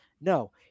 No